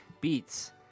beats